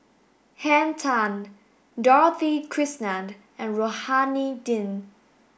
Henn Tan Dorothy Krishnan and Rohani Din